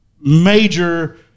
major